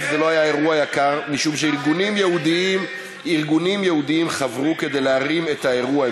זה לא היה אירוע יקר משום שארגונים יהודיים חברו להרים את האירוע,